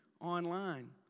online